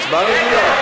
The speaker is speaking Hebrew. הצבעה רגילה.